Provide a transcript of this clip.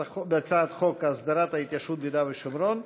חוק להסדרת ההתיישבות ביהודה והשומרון,